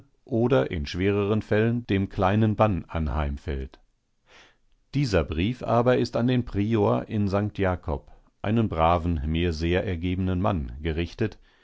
oder in schwereren fällen dem kleinen bann anheimfällt dieser brief aber ist an den prior in sankt jakob einen braven mir sehr ergebenen mann gerichtet